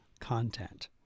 content